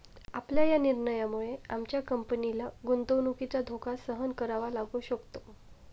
आपल्या या निर्णयामुळे आमच्या कंपनीला गुंतवणुकीचा धोका सहन करावा लागू शकतो